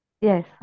yes